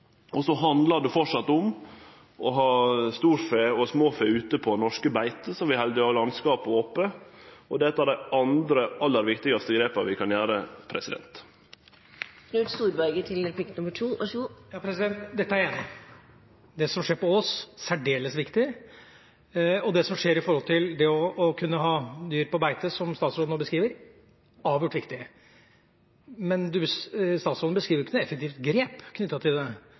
gjere. Så handlar det framleis om å ha storfe og småfe ute på norske beite, slik at vi held landskapet ope. Dette er det andre aller viktigaste grepet vi kan gjere. Dette er jeg enig i. Det som skjer på Ås, er særdeles viktig. Det som skjer med å kunne ha dyr på beite, som statsråden nå beskriver, er avgjort viktig. Men statsråden beskriver ikke noe effektivt grep i den sammenheng. Det